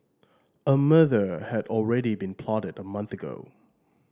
a murder had already been plotted a month ago